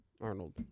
Arnold